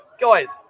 Guys